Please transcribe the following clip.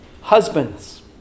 husbands